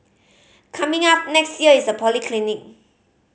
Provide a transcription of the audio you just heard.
coming up next year is a polyclinic